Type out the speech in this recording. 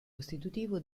costitutivo